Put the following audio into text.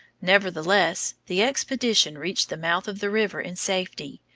nevertheless the expedition reached the mouth of the river in safety,